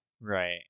Right